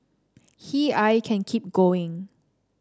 he I can keep going